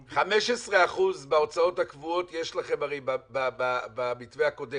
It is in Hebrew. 15% בהוצאות הקבועות יש לכם במתווה הקודם,